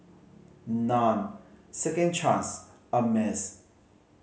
Nan Second Chance Ameltz